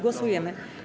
Głosujemy.